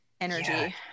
energy